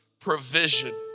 provision